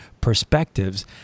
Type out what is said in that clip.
perspectives